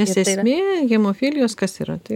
nes esmė hemofilijos kas yra tai